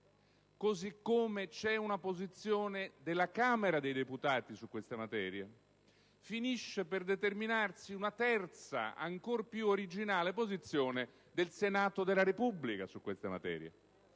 così come c'è una posizione della Camera dei deputati, finisce per determinarsi una terza ancor più originale posizione del Senato della Repubblica. Mi chiedo: